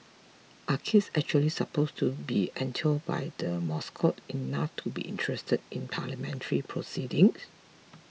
are kids actually supposed to be enthralled by the mascot enough to be interested in Parliamentary proceedings